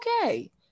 okay